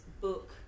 book